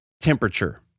temperature